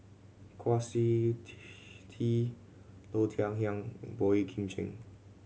Kwa Siew Tee Low Thia Khiang and Boey Kim Cheng